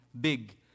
big